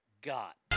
got